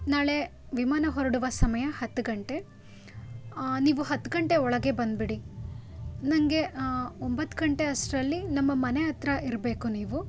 ನಾಳೆ ವಿಮಾನ ಹೊರಡುವ ಸಮಯ ಹತ್ತು ಗಂಟೆ ನೀವು ಹತ್ತು ಗಂಟೆ ಒಳಗೆ ಬಂದುಬಿಡಿ ನನಗೆ ಒಂಬತ್ತು ಗಂಟೆ ಅಷ್ಟ್ರಲ್ಲಿ ನಮ್ಮ ಮನೆ ಹತ್ರ ಇರಬೇಕು ನೀವು